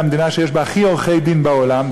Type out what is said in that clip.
המדינה שיש בה הכי הרבה עורכי-דין בעולם,